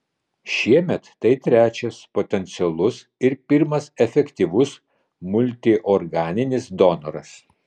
šiemet tai trečias potencialus ir pirmas efektyvus multiorganinis donoras